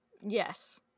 yes